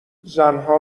زنها